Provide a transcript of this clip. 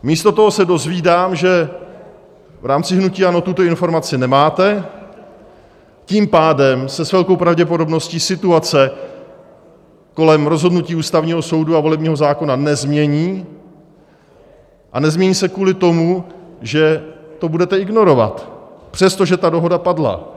Místo toho se dozvídám, že v rámci hnutí ANO tuto informaci nemáte, tím pádem se s velkou pravděpodobností situace kolem rozhodnutí Ústavního soudu a volebního zákona nezmění a nezmění se kvůli tomu, že to budete ignorovat, přestože ta dohoda padla.